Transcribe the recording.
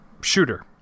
shooter